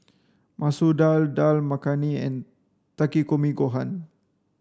Masoor Dal Dal Makhani and Takikomi Gohan